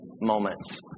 moments